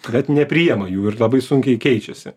bet nepriima jų ir labai sunkiai keičiasi